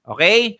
Okay